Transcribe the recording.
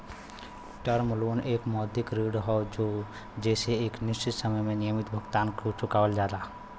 term loan एक मौद्रिक ऋण हौ जेसे एक निश्चित समय में नियमित भुगतान चुकावल जाला